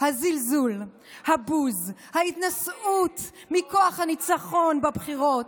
הזלזול, הבוז, ההתנשאות מכוח הניצחון בבחירות.